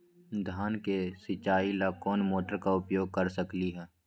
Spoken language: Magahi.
धान के सिचाई ला कोंन मोटर के उपयोग कर सकली ह?